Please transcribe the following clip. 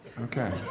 Okay